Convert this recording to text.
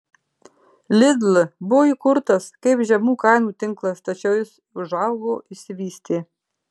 lidl buvo įkurtas kaip žemų kainų tinklas tačiau jis užaugo išsivystė